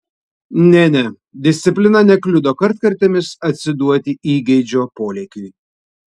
ne ne disciplina nekliudo kartkartėmis atsiduoti įgeidžio polėkiui